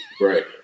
Right